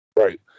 Right